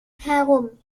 herum